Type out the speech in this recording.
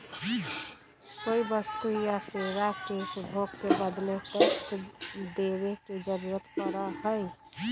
कोई वस्तु या सेवा के उपभोग के बदले टैक्स देवे के जरुरत पड़ा हई